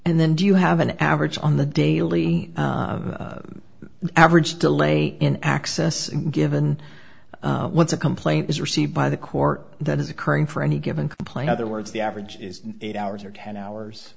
and then do you have an average on the daily average delay in access given once a complaint is received by the court that is occurring for any given complaint other words the average is eight hours or ten hours